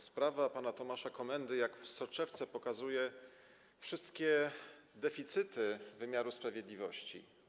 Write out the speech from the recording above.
Sprawa pana Tomasza Komendy jak w soczewce pokazuje wszystkie deficyty wymiaru sprawiedliwości.